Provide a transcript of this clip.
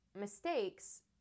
mistakes